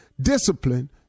Discipline